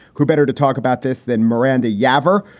who better to talk about this than miranda yapper,